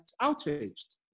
outraged